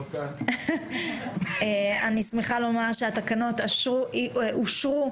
הצבעה אושר אני שמחה לומר שהתקנות אושרו.